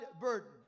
burden